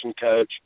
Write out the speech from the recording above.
coach